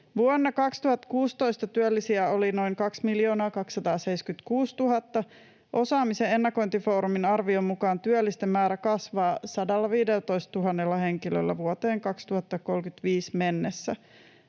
Vuonna 2016 työllisiä oli noin 2 276 000. Osaamisen ennakointifoorumin arvion mukaan työllisten määrä kasvaa 115 000 henkilöllä vuoteen 2035 mennessä.